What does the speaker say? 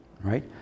right